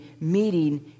meeting